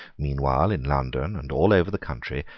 meanwhile, in london and all over the country,